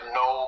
no